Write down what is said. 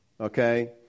okay